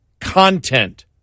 content